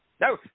No